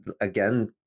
again